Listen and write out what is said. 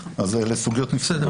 אלה סוגיות נפרדות.